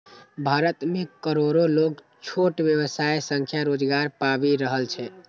भारत मे करोड़ो लोग छोट व्यवसाय सं रोजगार पाबि रहल छै